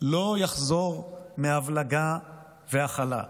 לא יחזור מהבלגה והכלה,